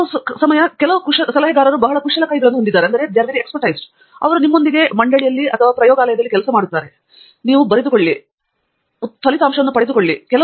ಕೆಲವು ಸಲಹೆಗಾರರು ಬಹಳ ಕುಶಲ ಕೈಗಳನ್ನು ಹೊಂದಿದ್ದಾರೆ ಅವರು ನಿಮ್ಮೊಂದಿಗೆ ಮಂಡಳಿಯಲ್ಲಿ ಕೆಲಸ ಮಾಡುತ್ತಾರೆ ಬರೆದುಕೊಳ್ಳಿ ಪಡೆದುಕೊಳ್ಳಿ ಇತ್ಯಾದಿ